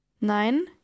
Nein